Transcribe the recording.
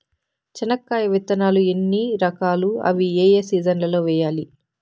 చెనక్కాయ విత్తనాలు ఎన్ని రకాలు? అవి ఏ ఏ సీజన్లలో వేయాలి?